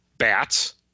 bats